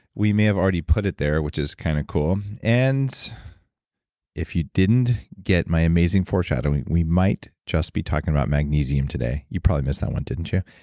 we may have already put it there, which is kind of cool. and if you didn't get my amazing foreshadowing, we might just be talking about magnesium today. you probably missed that one, didn't you?